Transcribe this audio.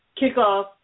kickoff